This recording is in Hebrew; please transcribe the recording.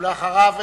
ואחריו,